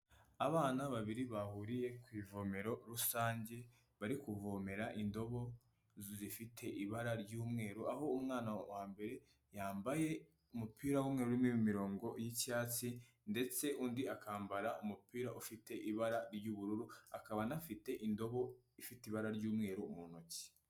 Abana babiri bahuriye ku ivomero rusange bari kuvomera indobo zifite ibara ry'umweru, aho umwana wa mbere yambaye umupira w'umweru urimo imirongo y'icyatsi ndetse undi akambara umupira ufite ibara ry'ubururu akaba anafite indobo ifite ibara ry'umweru mu ntoki.